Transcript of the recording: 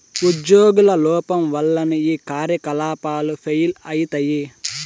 ఉజ్యోగుల లోపం వల్లనే ఈ కార్యకలాపాలు ఫెయిల్ అయితయి